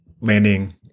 landing